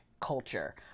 culture